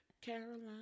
Caroline